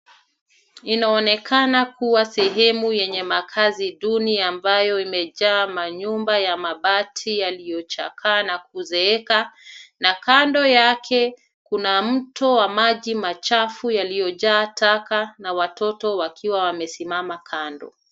Linonekana kuwa sehemu yenye makazi duni ambayo imejaa manyumba ya mabati yaliyochakaa na kuzeeka na kando yake, kuna mto wa maji machafu yaliyojaa taka na watoto wakiwa wamesimama kando.